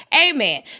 Amen